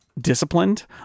disciplined